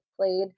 played